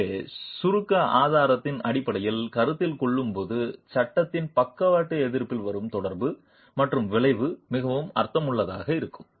எனவே சுருக்க ஆதாரத்தின் அடிப்படையில் கருத்தில் கொள்ளும்போது சட்டத்தின் பக்கவாட்டு எதிர்ப்பில் வரும் தொடர்பு மற்றும் விளைவு மிகவும் அர்த்தமுள்ளதாக இருக்கும்